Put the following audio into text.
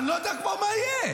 אני כבר לא יודע מה יהיה.